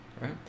right